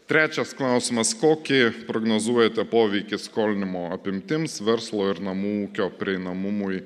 trečias klausimas kokį prognozuojate poveikį skolinimo apimtims verslo ir namų ūkio prieinamumui